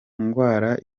ngwara